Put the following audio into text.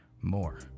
more